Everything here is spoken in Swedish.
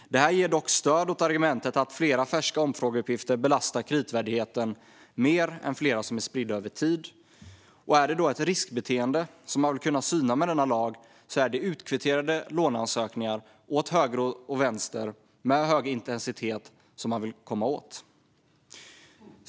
Det här ger dock stöd åt argumentet att flera färska omfrågeuppgifter belastar kreditvärdigheten mer än flera som är spridda över tid. Om det då är ett riskbeteende som man vill kunna syna med denna lag är det utkvitterade låneansökningar åt höger och vänster med hög intensitet som man vill komma åt.